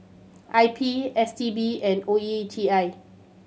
I P S T B and O E T I